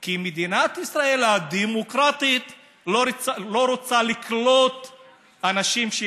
כי מדינת ישראל הדמוקרטית לא רוצה לקלוט אנשים,